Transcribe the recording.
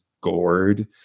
gourd